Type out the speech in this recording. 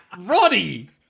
Roddy